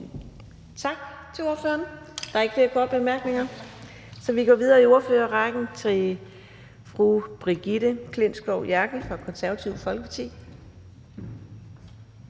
Tak til ordføreren. Der er ikke flere korte bemærkninger, så vi går videre i ordførerrækken til fru Brigitte Klintskov Jerkel fra Det Konservative Folkeparti.